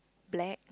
black